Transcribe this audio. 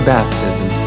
Baptism